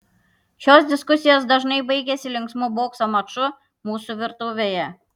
šios diskusijos dažnai baigiasi linksmu bokso maču mūsų virtuvėje